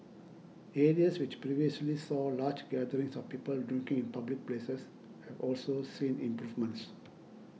areas which previously saw large gatherings of people drinking in public places have also seen improvements